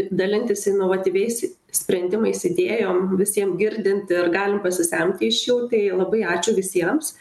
dalintis inovatyviais sprendimais idėjom visiem girdint ir galim pasisemti iš jų tai labai ačiū visiems